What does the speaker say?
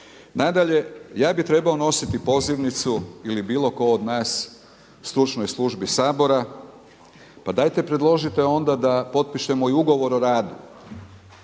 Nadalje, ja bih trebao nositi pozivnicu ili bilo tko od nas stručnoj službi sabora. Pa dajte predložite onda da potpišemo i ugovor o radu,